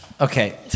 Okay